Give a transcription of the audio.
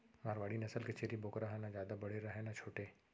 मारवाड़ी नसल के छेरी बोकरा ह न जादा बड़े रहय न छोटे